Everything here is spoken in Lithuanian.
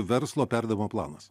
verslo perdavimo planas